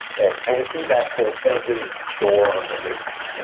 and and we see that for every chore on the list.